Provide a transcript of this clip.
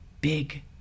big